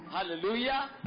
Hallelujah